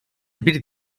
bir